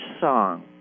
song